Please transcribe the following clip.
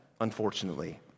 Unfortunately